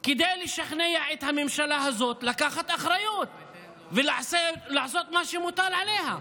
כדי לשכנע את הממשלה הזאת לקחת אחריות ולעשות מה שמוטל עליה?